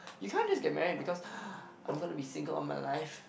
you can't just get married because I'm gonna be single all my life